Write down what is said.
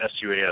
SUAS